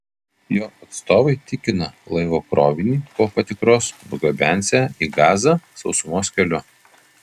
jo atstovai tikina laivo krovinį po patikros nugabensią į gazą sausumos keliu